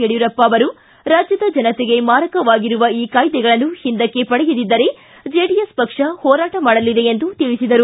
ಯಡಿಯೂರಪ್ಪ ಅವರು ರಾಜ್ಯದ ಜನತೆಗೆ ಮಾರಕವಾಗಿರುವ ಈ ಕಾಯ್ದೆಗಳನ್ನು ಹಿಂದಕ್ಕೆ ಪಡೆಯದಿದ್ದರೆ ಚೆಡಿಎಸ್ ಪಕ್ಷ ಹೋರಾಟ ಮಾಡಲಿದೆ ಎಂದು ತಿಳಿಸಿದರು